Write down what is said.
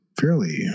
fairly